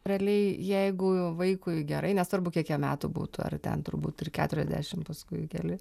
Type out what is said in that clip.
realiai jeigu vaikui gerai nesvarbu kiek jam metų būtų ar ten turbūt ir keturiasdešim paskui keli